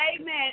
amen